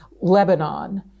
Lebanon